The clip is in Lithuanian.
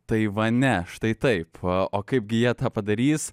taivane štai taip o kaipgi jie tą padarys